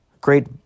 great